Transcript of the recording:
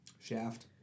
Shaft